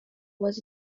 was